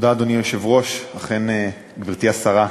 אדוני היושב-ראש, תודה, גברתי השרה,